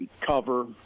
cover